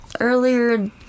earlier